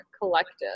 collective